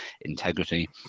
integrity